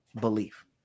belief